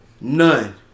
None